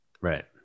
Right